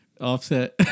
Offset